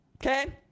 okay